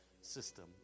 system